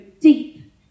deep